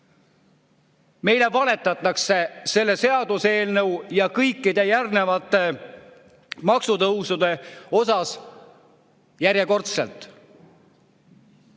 Meile valetatakse selle seaduseelnõu ja kõikide järgnevate maksutõusude puhul järjekordselt.